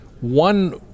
one